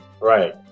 right